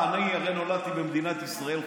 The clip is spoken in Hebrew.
אני הרי נולדתי במדינת ישראל,